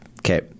Okay